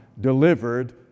delivered